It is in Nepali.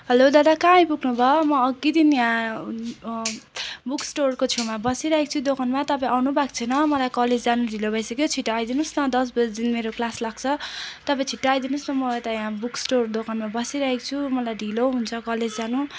हेलो दादा कहाँ आइपुग्नु भयो म अघिदेखि यहाँ बुक स्टोरको छेउमा बसिरहेछु दोकानमा तपाईँ आउनु भएको छैन मलाई कलेज जान ढिलो भइसक्यो छिटो आइदिनु होस् न दस बजी मेरो क्लास लाग्छ तपाईँ छिटो आइदिनु होस् न मलाई त यहाँ बुक स्टोर दोकानमा बसिरहेको छु मलाई ढिलो हुन्छ कलेज जान